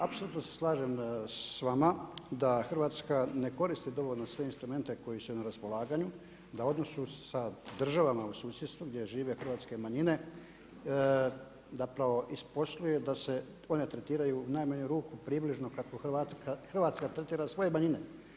Apsolutno se slažem s vama da Hrvatska ne koristi dovoljno sve instrumente koji su joj na raspolaganju, da u odnosu sa državama u susjedstvu gdje žive hrvatske manjine, zapravo isposluje da se one tretiraju u najmanju ruku približno kako Hrvatska tretira svoje manjine.